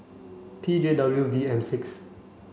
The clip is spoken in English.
T J W V M six